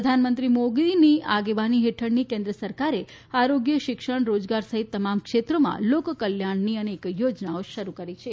પ્રધાનમંત્રી નરેન્દ્ર મોદીની આગેવાની હેઠળની કેન્દ્ર સરકારે આરોગ્ય શિક્ષણ રોજગાર સહિત તમામ ક્ષેત્રોમાં લોકકલ્યાણની અનેક યોજનાઓ શરૂ કરી છે